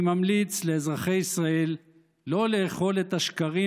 אני ממליץ לאזרחי ישראל לא לאכול את השקרים